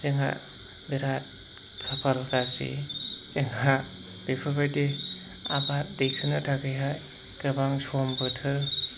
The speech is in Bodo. जोंहा बिराद खाफाल गाज्रि जोंहा बेफोरबायदि आबाद दैखोनो थाखैहाय गोबां सम बोथोर